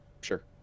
sure